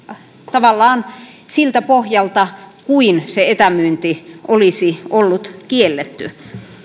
tavallaan siltä pohjalta kuin se etämyynti olisi ollut kielletty